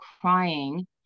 crying